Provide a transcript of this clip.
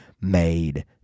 made